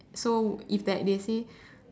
so if that they say